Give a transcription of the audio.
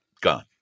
Gone